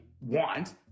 want